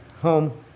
home